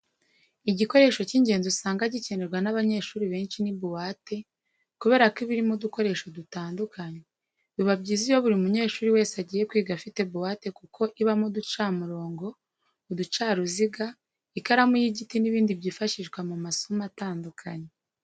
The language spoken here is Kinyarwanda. Igikoresho cy'ingenzi usanga gikenerwa n'abanyeshuri benshi ni buwate kubera ko iba irimo udukoresho dutandukanye. Biba byiza iyo buri munyeshuri wese agiye kwiga afite buwate kuko ibamo uducamurongo, uducaruziga, ikaramu y'igiti n'ibindi byifashishwa mu masomo atandukanye.